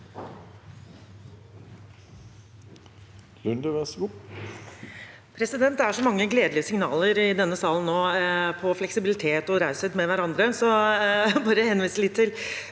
Det er så man- ge gledelige signaler i denne salen nå om fleksibilitet og raushet med hverandre, så jeg vil bare henvise litt til